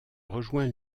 rejoint